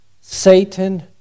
Satan